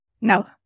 no